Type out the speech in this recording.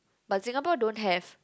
but Singapore don't have